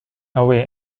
away